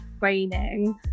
raining